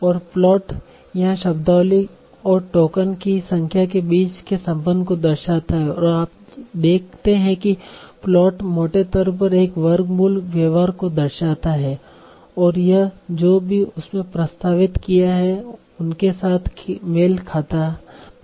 और प्लाट यहाँ शब्दावली और टोकन की संख्या के बीच के संबंध को दर्शाता है और आप देखते हैं कि प्लाट मोटे तौर पर एक वर्गमूल व्यवहार को दर्शाता है और यह जो भी उसने प्रस्तावित किया है उसके साथ मेल खाता पाया गया है